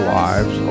lives